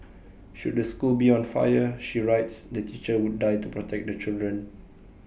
should the school be on fire she writes the teacher would die to protect the children